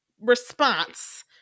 response